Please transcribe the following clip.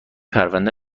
پرنده